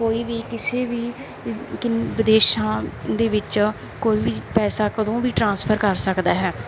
ਕੋਈ ਵੀ ਕਿਸੇ ਵੀ ਕਿੰਨਾ ਵਿਦੇਸ਼ਾਂ ਦੇ ਵਿੱਚ ਕੋਈ ਵੀ ਪੈਸਾ ਕਦੋਂ ਵੀ ਟਰਾਂਸਫਰ ਕਰ ਸਕਦਾ ਹੈ